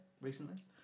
recently